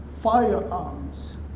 firearms